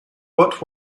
but